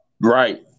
Right